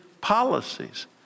policies